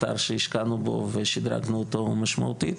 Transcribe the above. אתר שהשקענו בו ושידרגנו אותו משמעותית.